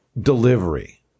delivery